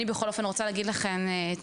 אני, בכל אופן, רוצה להגיד לכן תודה.